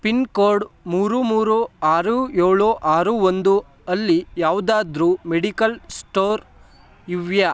pin code ಮೂರು ಮೂರು ಆರು ಏಳು ಆರು ಒಂದು ಅಲ್ಲಿ ಯಾವುದಾದ್ರು ಮೆಡಿಕಲ್ ಸ್ಟೋರ್ ಇವೆಯೇ